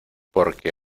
porque